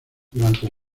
durante